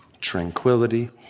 tranquility